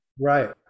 Right